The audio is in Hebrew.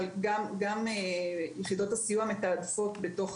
אבל גם יחידות הסיוע מתעדפות בתוך